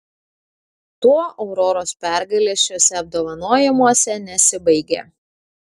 tuo auroros pergalės šiuose apdovanojimuose nesibaigė